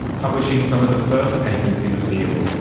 publishing some of the first papers in the field.